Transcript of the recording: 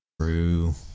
True